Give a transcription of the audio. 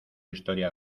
historia